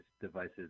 devices